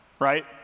right